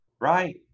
right